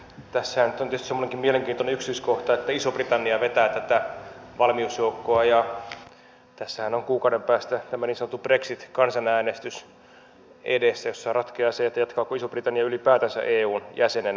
tässähän nyt on tietysti semmoinenkin mielenkiintoinen yksityiskohta että iso britannia vetää tätä valmiusjoukkoa ja tässähän on kuukauden päästä niin sanottu brexit kansanäänestys edessä jossa ratkeaa se jatkaako iso britannia ylipäätänsä eun jäsenenä